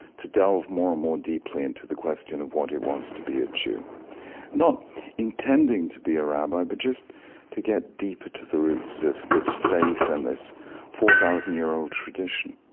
to delve more and more deeply into the question of what it was to be a jew not intending to be a rabbi, but just to get deeper to the roots of this faith and this four thousand year old tradition